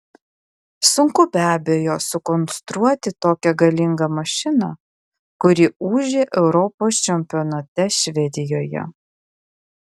sunku be abejo sukonstruoti tokią galingą mašiną kuri ūžė europos čempionate švedijoje